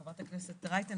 חברת הכנסת רייטן.